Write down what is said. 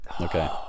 Okay